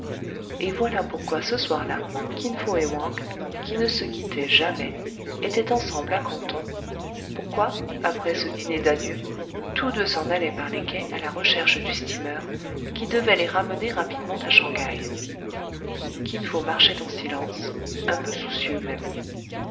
et voilà pourquoi ce soir-là kin fo et wang qui ne se quittaient jamais étaient ensemble à canton pourquoi après ce dîner d'adieu tous deux s'en allaient par les quais à la recherche du steamer qui devait les ramener rapidement à shang haï kin fo marchait en silence un peu soucieux même